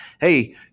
hey